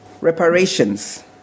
Reparations